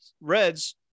Reds